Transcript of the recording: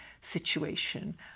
situation